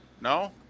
No